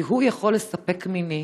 כי הוא יכול לספק מינית